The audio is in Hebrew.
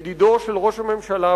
ידידו של ראש הממשלה,